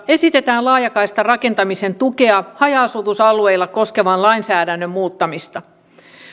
esitetään laajakaistarakentamisen tukea haja asutusalueilla koskevan lainsäädännön muuttamista